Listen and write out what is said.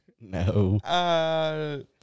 No